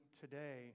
today